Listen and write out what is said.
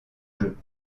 jeu